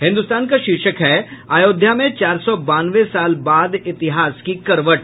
हिन्दुस्तान का शीर्षक है अयोध्या में चार सौ बानवे साल बाद इतिहास की करवट